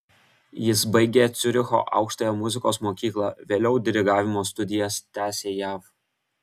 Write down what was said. jis baigė ciuricho aukštąją muzikos mokyklą vėliau dirigavimo studijas tęsė jav